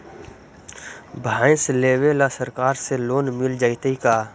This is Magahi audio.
भैंस लेबे ल सरकार से लोन मिल जइतै का?